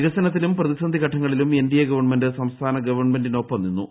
വികസനത്തിലും പ്രതിസന്ധിഘട്ട ങ്ങളിലും എൻഡിഎ ഗവൺമെന്റ് സംസ്ഥാന ഗവൺമെന്റിനൊപ്പം നിന്നു